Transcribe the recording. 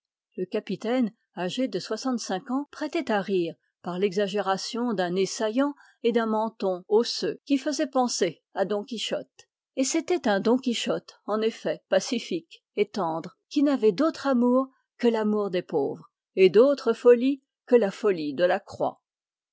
le capitaine âgé de soixante-cinq ans prêtait à rire par l'exagération d'un nez saillant et d'un menton osseux qui faisaient penser à don quichotte et c'était un don quichotte en effet pacifique et tendre qui n'avait d'autre amour que l'amour des pauvres et d'autre folie que la folie de la croix